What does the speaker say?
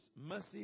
mercy